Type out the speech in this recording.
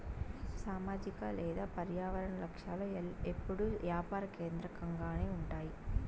సామాజిక లేదా పర్యావరన లక్ష్యాలు ఎప్పుడూ యాపార కేంద్రకంగానే ఉంటాయి